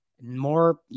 More